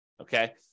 okay